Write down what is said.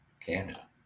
Canada